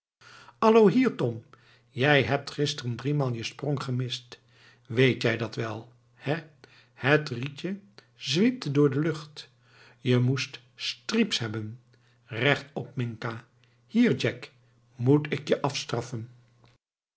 allo hier tom jij hebt gisteren driemaal je sprong gemist weet jij dat wel hè het rietje zwiepte door de lucht je moest strieps hebben rechtop minca hier jack moet ik je afstraffen